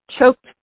choked